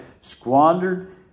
squandered